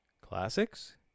classics